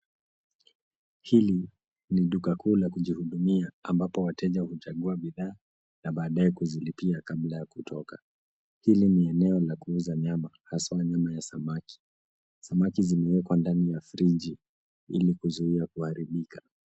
Hili ni duka kuu la kujihudumia ambapo wateja huchagua bidhaa na baadaye kuzilipia kabla ya kutoka. Hili ni eneo la kuuza nyama hasa nyama ya samaki. Samaki zimewekwa ndani ya friji ili kuzuia kuharibika.